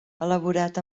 elaborat